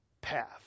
path